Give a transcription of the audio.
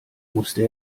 musste